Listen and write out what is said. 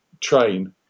train